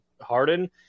Harden